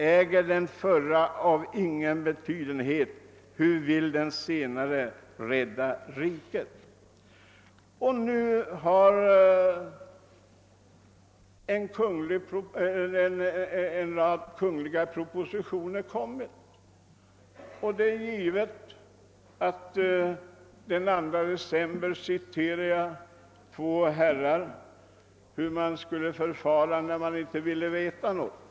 Äger den förra af ingen betydenhet, hur vill den sednare rädda riket?» Nu har en rad kungliga propositioner lagts fram. Den 2 december citerade jag två herrar, varvid det gällde hur man skulle förfara när man inte vill veta någonting.